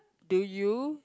do you